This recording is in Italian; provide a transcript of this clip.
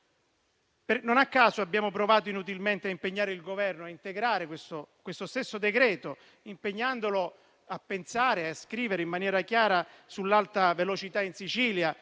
Non a caso abbiamo provato inutilmente a chiedere al Governo di integrare questo stesso decreto, impegnandolo a pensare e a scrivere in maniera chiara sull'alta velocità in Sicilia